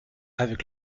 avec